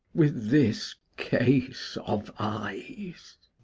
with this case of eyes?